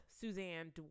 Suzanne